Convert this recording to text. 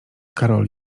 karol